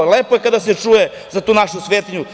Lepo je kada se čuje za tu našu svetinju.